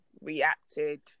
reacted